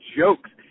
jokes